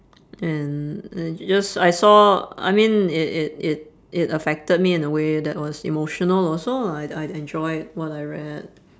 and and just I saw I mean it it it it affected me in a way that was emotional lah also I'd I'd enjoyed what I read